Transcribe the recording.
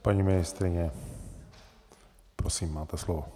Paní ministryně, prosím, máte slovo.